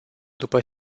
după